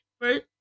First